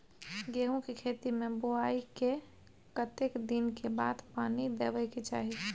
गेहूँ के खेती मे बुआई के कतेक दिन के बाद पानी देबै के चाही?